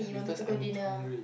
yeah because I'm too hungry